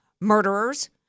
murderers